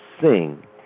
sing